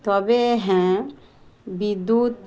তবে হ্যাঁ বিদ্যুৎ